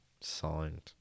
signed